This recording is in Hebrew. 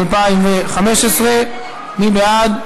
התשע"ה 2015. מי בעד?